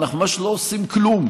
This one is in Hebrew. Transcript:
אנחנו ממש לא עושים כלום,